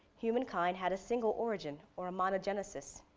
humankind had a single origin or a monogenesis.